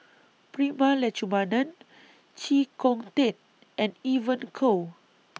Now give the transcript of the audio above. Prema Letchumanan Chee Kong Tet and Evon Kow